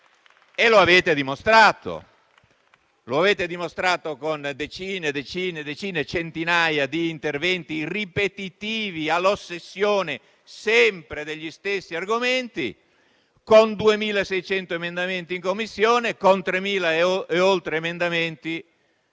E lo avete dimostrato, con decine e decine, centinaia di interventi ripetitivi all'ossessione sempre degli stessi argomenti, con 2.600 emendamenti in Commissione, con 3.000 e oltre emendamenti